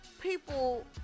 people